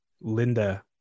Linda